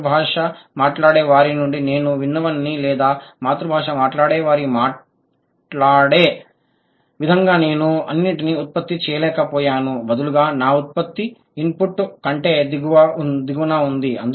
మాతృభాష మాట్లాడే వారి నుండి నేను విన్నవన్నీ లేదా మాతృభాష మాట్లాడేవారు మాట్లాడే విధంగా నేను అన్నింటినీ ఉత్పత్తి చేయలేకపోయాను బదులుగా నా ఉత్పత్తి ఇన్పుట్ కంటే దిగువన ఉంది